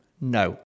no